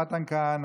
מתן כהנא,